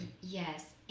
Yes